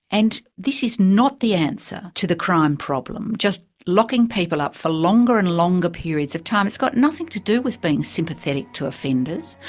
and this is not the answer to the crime problem, just locking people up for longer and longer periods of time. it's got nothing to do with being sympathetic to offenders,